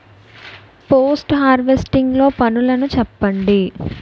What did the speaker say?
Post harvesting లో పనులను చెప్పండి?